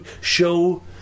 show